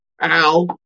Al